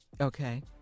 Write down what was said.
Okay